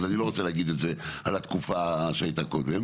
אז אני לא רוצה להגיד את זה על התקופה שהייתה קודם.